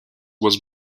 was